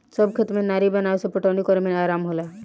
सब खेत में नारी बनावे से पटवनी करे में आराम होला